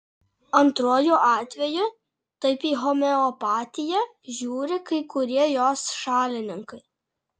antruoju atveju taip į homeopatiją žiūri kai kurie jos šalininkai